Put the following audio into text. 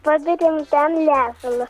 paberiam ten lesalą